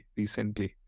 recently